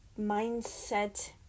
Mindset